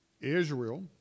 Israel